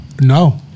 no